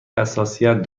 حساسیت